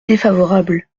défavorable